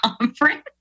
conference